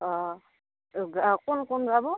অঁ কোন কোন যাব